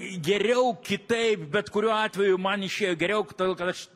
geriau kitaip bet kuriuo atveju man išėjo geriau todėl kad aš